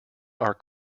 are